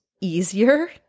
easier